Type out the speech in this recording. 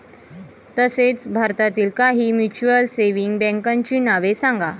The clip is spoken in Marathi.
तसेच भारतातील काही म्युच्युअल सेव्हिंग बँकांची नावे सांगा